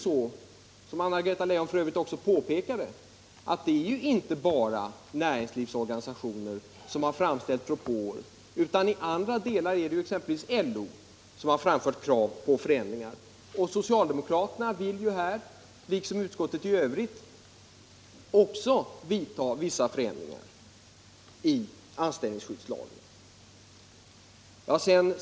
Som Anna-Greta Leijon också påpekade är det inte bara näringslivsorganisationer som har framställt propåer; i andra delar har exempelvis LO krävt förändringar. Också socialdemokraterna vill liksom utskottet i övrigt vidta vissa förändringar i anställningsskyddslagen.